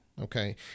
Okay